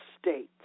states